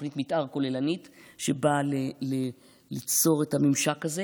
תוכנית מתאר כוללנית שבאה ליצור את הממשק הזה.